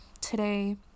today